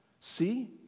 See